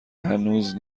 هنوز